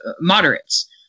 moderates